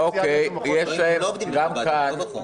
גם כאן,